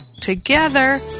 together